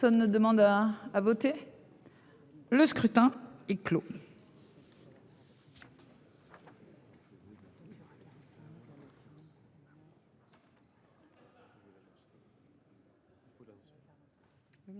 Le scrutin est clos.